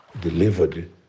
delivered